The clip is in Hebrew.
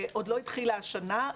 עוד לא התחילה השנה,